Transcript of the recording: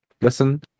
listen